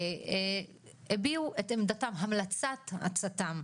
הביעו את המלצת הצט"ם,